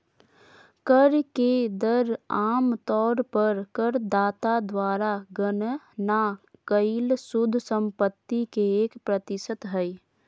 कर के दर आम तौर पर करदाता द्वारा गणना कइल शुद्ध संपत्ति के एक प्रतिशत हइ